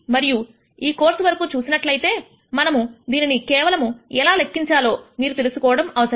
మరియుఈ course వరకు చూసినట్లయితే మనము దీనిని కేవలము ఎలా లెక్కించాలో మీరు తెలుసుకోవడం అవసరము